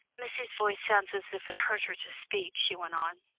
missie's voice sounds as if it hurt her to speak, she went on,